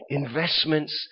investments